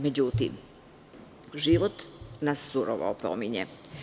Međutim, život nas surovo opominje.